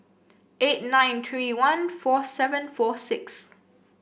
eight nine three one four seven four six